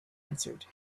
answered